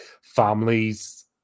families